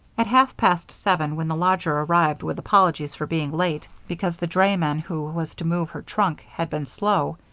at half-past seven when the lodger arrived with apologies for being late because the drayman who was to move her trunk had been slow,